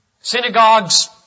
synagogues